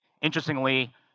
Interestingly